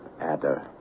adder